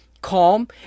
calm